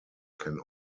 can